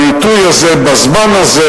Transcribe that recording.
בעיתוי הזה, בזמן הזה,